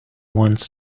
wants